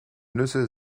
nüsse